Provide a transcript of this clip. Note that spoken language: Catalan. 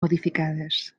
modificades